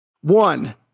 one